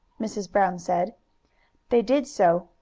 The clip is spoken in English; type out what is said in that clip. mrs. brown said they did so,